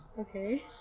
Okay